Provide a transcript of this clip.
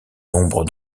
nombre